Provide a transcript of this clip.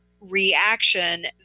reaction